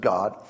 God